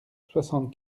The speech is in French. soixante